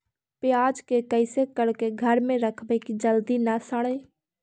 प्याज के कैसे करके घर में रखबै कि जल्दी न सड़ै?